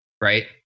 right